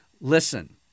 Listen